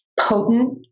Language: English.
potent